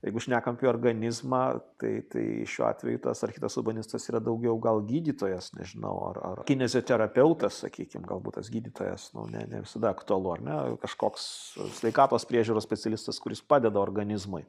jeigu šnekam apie organizmą tai tai šiuo atveju tas ar kitas urbanistas yra daugiau gal gydytojas nežinau ar ar kineziterapeutas sakykim galbūt tas gydytojas ne ne visada aktualu ar ne kažkoks sveikatos priežiūros specialistas kuris padeda organizmui